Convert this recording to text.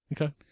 Okay